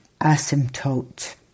asymptote